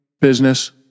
business